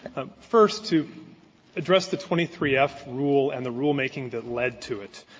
first, to address the twenty three f rule and the rulemaking that led to it,